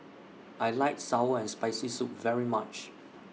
I like Sour and Spicy Soup very much